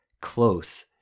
close